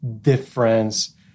difference